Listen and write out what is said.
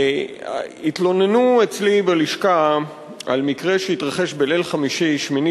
התלוננו אצלי בלשכה על מקרה שהתרחש בליל שבת,